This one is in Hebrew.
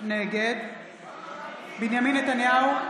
נגד בנימין נתניהו,